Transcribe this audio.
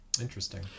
Interesting